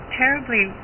terribly